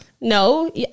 No